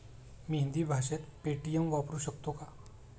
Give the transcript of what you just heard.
मी हिंदी भाषेत पेटीएम वापरू शकतो का?